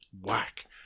whack